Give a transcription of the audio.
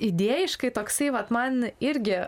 idėjiškai toksai vat man irgi